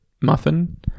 muffin